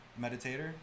meditator